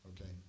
okay